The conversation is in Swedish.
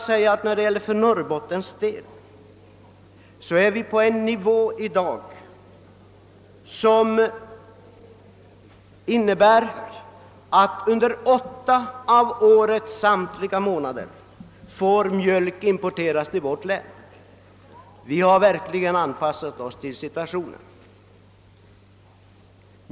I Norrbotten har utvecklingen gått i sådan riktning att mjölk nu får importeras till vårt län under åtta av årets samtliga månader. Vi har verkligen anpassat oss till situationen.